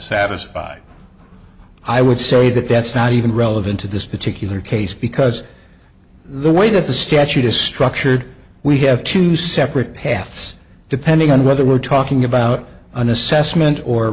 satisfied i would say that that's not even relevant to this particular case because the way that the statute is structured we have two separate paths depending on whether we're talking about an assessment or